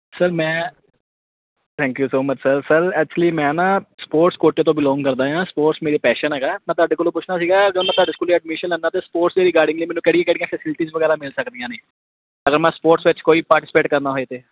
sir ਮੈਂ thank you so much sir sir actually ਮੈਂ ਨਾ ਸਪੋਰਟਸ ਕੋਟੇ ਤੋਂ ਬਿਲੋਂਗ ਕਰਦਾ ਹਾਂ ਸਪੋਰਟਸ ਮੇਰੇ ਪੈਸ਼ਨ ਹੈਗਾ ਮੈਂ ਤੁਹਾਡੇ ਕੋਲ ਪੁੱਛਣਾ ਸੀਗਾ ਜਦੋਂ ਮੈਂ ਤੁਹਾਡੇ ਸਕੂਲੇ ਐਡਮਿਸ਼ਨ ਲੈਂਦਾ ਅਤੇ ਸਪੋਰਟ ਦੇ ਰਿਗਾਰਡਿੰਗਲੀ ਮੈਨੂੰ ਕਿਹੜੀਆਂ ਕਿਹੜੀਆਂ ਫੈਸਿਲਟੀਜ਼ ਵਗੈਰਾ ਮਿਲ ਸਕਦੀਆਂ ਨੇ ਅਗਰ ਮੈਂ ਸਪੋਰਟਸ ਵਿੱਚ ਕੋਈ ਪਾਰਟੀਸਪੇਟ ਕਰਨਾ ਹੋਏ ਤਾਂ